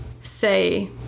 say